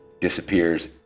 disappears